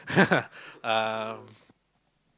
um